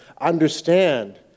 understand